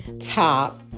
top